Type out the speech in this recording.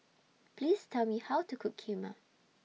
Please Tell Me How to Cook Kheema